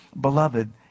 Beloved